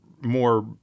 more